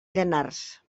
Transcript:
llanars